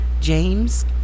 james